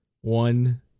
one